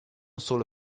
solo